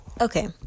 Okay